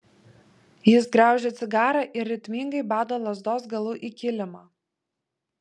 jis graužia cigarą ir ritmingai bado lazdos galu į kilimą